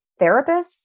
therapists